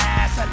ass